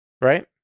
right